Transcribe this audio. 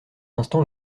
instant